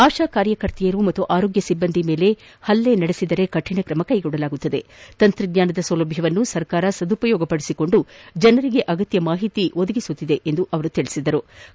ಆಶಾ ಕಾರ್ಯಕರ್ತೆರು ಮತ್ತು ಆರೋಗ್ಯ ಸಿಬ್ಬಂದಿ ಮೇಲೆ ಹಲ್ಲೆ ಮಾಡಿದರೆ ಕಠಿಣ ಕ್ರಮ ಜರುಗಿಸಲಾಗುವುದು ತಂತ್ರಜ್ಞಾನದ ಸೌಲಭ್ಯವನ್ನು ಸರ್ಕಾರ ಸದುಪಯೋಗಪಡಿಸಿಕೊಂಡು ಜನರಿಗೆ ಅಗತ್ತವಾದ ಮಾಹಿತಿ ನೀಡುತ್ತಿದೆ ಎಂದರು